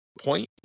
point